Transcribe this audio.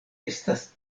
estas